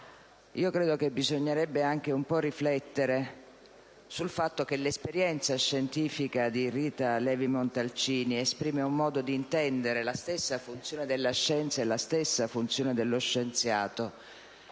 Credo che bisognerebbe riflettere un po' anche sul fatto che l'esperienza scientifica di Rita Levi-Montalcini esprime un modo di intendere la stessa funzione della scienza e la stessa funzione dello scienziato